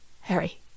Harry